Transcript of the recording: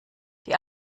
die